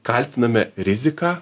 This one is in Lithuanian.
kaltiname riziką